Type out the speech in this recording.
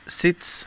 ...sits